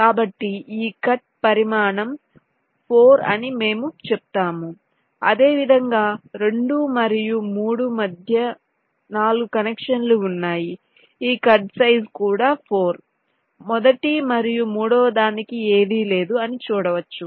కాబట్టి ఈ కట్ పరిమాణం 4 అని మేము చెప్తాము అదేవిధంగా రెండు మరియు మూడు మధ్య 4 కనెక్షన్లు ఉన్నాయి ఈ కట్ సైజ్ కూడా 4 మొదటి మరియు మూడవ దానికి ఏదీ లేదు అని చూడవచ్చు